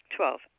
Twelve